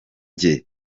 jye